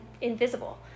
invisible